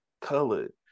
colored